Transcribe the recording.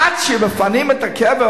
עד שמפנים את הקבר,